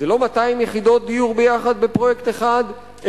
לא 200 יחידות דיור ביחד בפרויקט אחד,